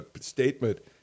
statement